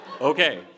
Okay